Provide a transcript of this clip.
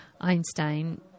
Einstein